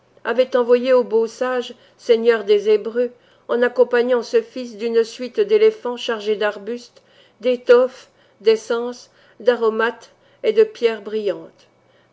avait envoyé au beau sage seigneur des hébreux en accompagnant ce fils d'une suite d'éléphants chargés d'arbustes d'étoffes d'essences d'aromates et de pierres brillantes